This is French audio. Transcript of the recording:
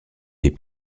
des